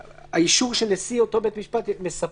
האישור של נשיא אותו בית משפט מספק.